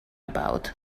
about